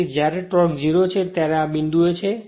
તેથી જ્યારે આ ટોર્ક 0 છે ત્યારે આ બિંદુએ છે